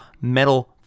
metal